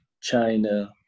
China